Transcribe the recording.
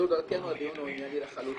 זו דרכנו, הדיון הוא ענייני לחלוטין.